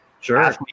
sure